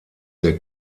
der